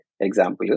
example